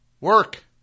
Work